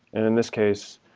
and in this case,